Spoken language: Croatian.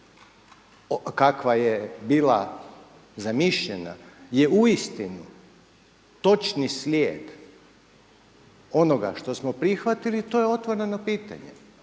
kakva je bila zamišljena je uistinu točni slijed onoga što smo prihvatili, to je otvoreno pitanje